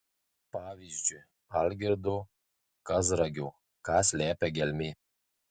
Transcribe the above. pavyzdžiui algirdo kazragio ką slepia gelmė